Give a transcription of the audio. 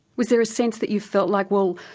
was there a sense that you felt like, well,